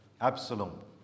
Absalom